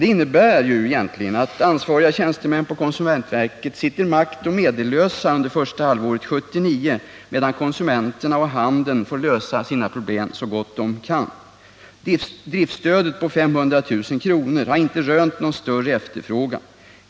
Det innebär egentligen att ansvariga tjänstemän på konsumentverket sitter maktoch medellösa under första halvåret 1979, medan konsumenterna och handeln får lösa sina problem så gott de kan. Driftstödet på 500 000 kr. har inte rönt någon större efterfrågan.